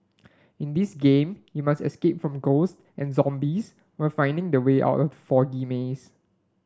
in this game you must escape from ghosts and zombies while finding the way out of foggy maze